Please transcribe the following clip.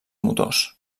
motors